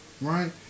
right